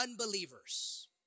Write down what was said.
unbelievers